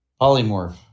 Polymorph